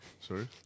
Sorry